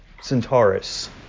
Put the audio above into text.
centaurus